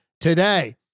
today